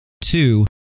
Two